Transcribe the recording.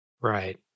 Right